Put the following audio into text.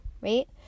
Right